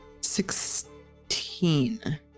Sixteen